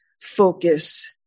focus